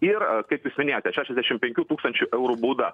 ir kaip jūs minėjote šešiasdešim penkių tūkstančių eurų bauda